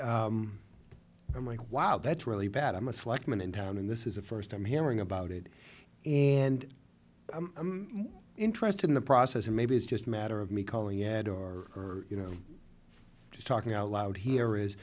o i'm like wow that's really bad i must like men in town and this is the first time hearing about it and i'm interested in the process or maybe it's just a matter of me calling ed or you know just talking out loud here is